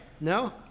No